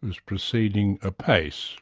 was proceeding apace.